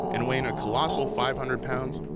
and weighing a colossal five hundred pounds,